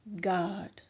God